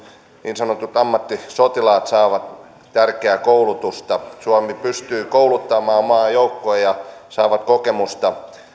niin sanotut ammattisotilaat saavat tärkeää koulutusta suomi pystyy kouluttamaan maajoukkoja he saavat kokemusta